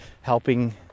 helping